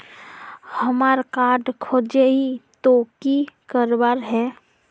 हमार कार्ड खोजेई तो की करवार है?